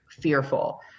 fearful